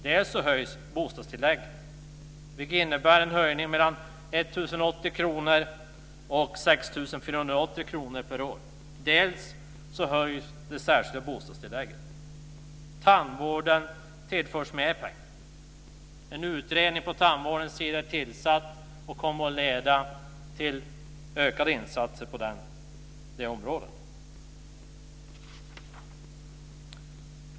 Dels höjs bostadstillägget, en höjning med mellan 1 080 kr och 6 480 kr per år, dels höjs det särskilda bostadstillägget. Tandvården tillförs mer pengar. En utredning om tandvården är tillsatt och kommer att leda till ökade insatser på området.